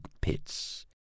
pits